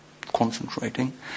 concentrating